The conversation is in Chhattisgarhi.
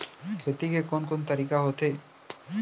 खेती के कोन कोन तरीका होथे?